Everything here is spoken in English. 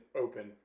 open